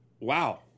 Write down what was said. Wow